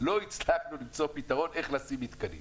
לא הצלחנו למצוא פתרון איך לשים מתקנים.